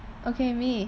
okay mommy